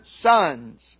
sons